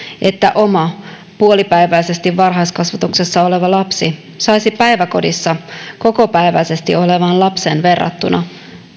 että oma puolipäiväisesti varhaiskasvatuksessa oleva lapsi saisi päiväkodissa kokopäiväisesti olevaan lapseen verrattuna